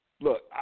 look